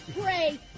pray